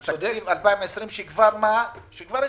בגלל תקציב לשנת 2020, שכבר הסתיים.